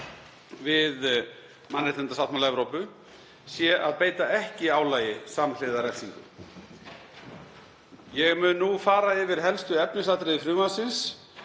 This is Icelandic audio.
við mannréttindasáttmála Evrópu sé að beita ekki álagi samhliða refsingu. Mun ég nú fara yfir helstu efnisatriði frumvarpsins.